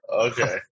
okay